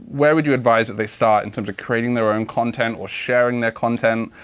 where would you advise that they start in terms of creating their own content or sharing their content?